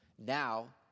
Now